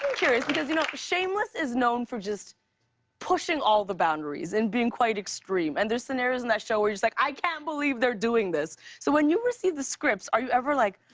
curious, because, you know, shameless is known for just pushing all the boundaries and being quite extreme. and there's scenarios in that show where you're just like, i can't believe they're doing this! so when you receive the scripts, are you ever like,